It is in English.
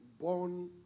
born